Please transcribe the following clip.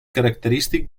característic